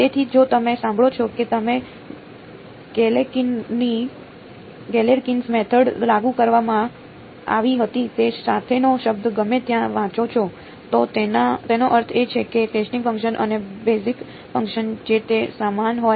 તેથી જો તમે સાંભળો છો કે તમે ગેલેર્કિનની મેથડ લાગુ કરવામાં આવી હતી તે સાથેનો શબ્દ ગમે ત્યાં વાંચો છો તો તેનો અર્થ એ છે કે ટેસ્ટિંગ ફંક્શન અને બેઝિસ ફંક્શન જે તે સમાન હોય